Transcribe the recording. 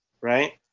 right